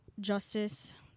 justice